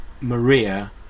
Maria